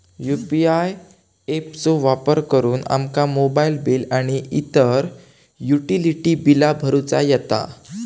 UPI app चो वापर करुन आमका मोबाईल बिल आणि इतर युटिलिटी बिला भरुचा येता